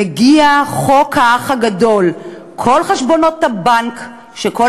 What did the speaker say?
מגיע חוק האח הגדול: כל חשבונות הבנק של כל